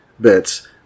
bits